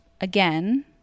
again